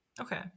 Okay